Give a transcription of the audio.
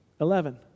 Eleven